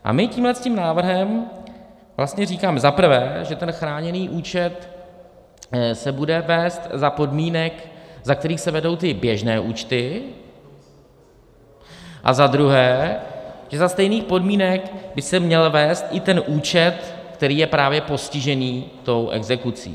A my tímto návrhem vlastně říkáme za prvé, že chráněný účet se bude vést za podmínek, za kterých se vedou běžné účty, a za druhé, že za stejných podmínek by se měl vést i ten účet, který je právě postižený exekucí.